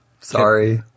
Sorry